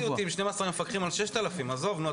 זה לא מציאותי 12 מפקחים על 6,000. עזוב נו.